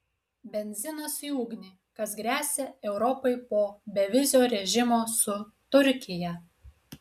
benzinas į ugnį kas gresia europai po bevizio režimo su turkija